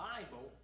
Bible